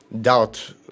doubt